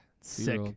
sick